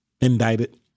indicted